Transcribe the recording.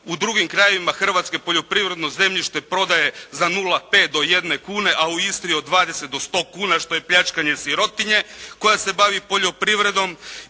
u drugim krajevima Hrvatske poljoprivredno zemljište prodaje za 0,5 do 1 kune a u Istri od 20 do 100 kuna što je pljačkanje sirotinje koja se bavi poljoprivredom.